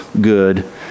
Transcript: good